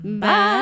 Bye